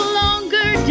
longer